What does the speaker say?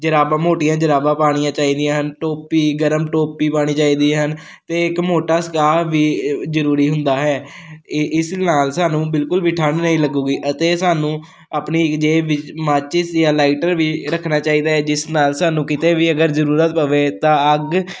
ਜਰਾਬਾਂ ਮੋਟੀਆਂ ਜਰਾਬਾਂ ਪਾਉਣੀਆ ਚਾਹੀਦੀਆਂ ਹਨ ਟੋਪੀ ਗਰਮ ਟੋਪੀ ਪਾਉਣੀ ਚਾਹੀਦੀ ਹੈ ਅਤੇ ਇੱਕ ਮੋਟਾ ਸਕਾਪ ਵੀ ਜ਼ਰੂਰੀ ਹੁੰਦਾ ਹੈ ਇਸ ਇਸ ਨਾਲ ਸਾਨੂੰ ਬਿਲਕੁਲ ਵੀ ਠੰਢ ਨਹੀਂ ਲੱਗੂਗੀ ਅਤੇ ਸਾਨੂੰ ਆਪਣੀ ਜੇਬ ਵਿੱਚ ਮਾਚਿਸ ਜਾਂ ਲਾਈਟਰ ਵੀ ਰੱਖਣਾ ਚਾਹੀਦਾ ਹੈ ਜਿਸ ਨਾਲ ਸਾਨੂੰ ਕਿਤੇ ਵੀ ਅਗਰ ਜ਼ਰੂਰਤ ਪਵੇ ਤਾਂ ਅੱਗ